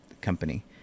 company